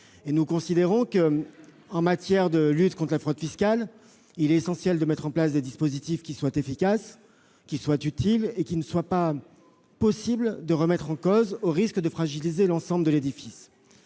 vous proposiez. Or, en matière de lutte contre la fraude fiscale, il est essentiel de mettre en place des dispositifs efficaces et utiles qu'il ne soit pas possible de remettre en cause, au risque sinon de fragiliser l'ensemble de l'édifice.